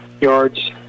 yards